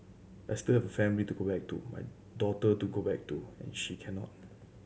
I still family to go back to my daughter to go back to and she cannot